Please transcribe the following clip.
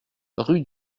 rue